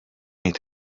eat